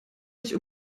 nicht